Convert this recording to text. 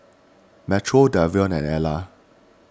Metro Davion and Alla